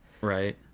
Right